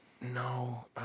No